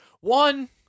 One